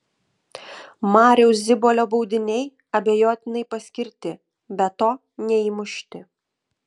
mariaus zibolio baudiniai abejotinai paskirti be to neįmušti